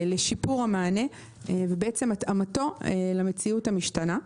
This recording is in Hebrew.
לשיפור המענה והתאמתו למציאות המשתנה.